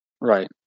Right